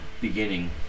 beginning